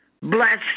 bless